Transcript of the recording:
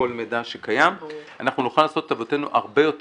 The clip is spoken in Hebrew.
לא כל מידע שקיים,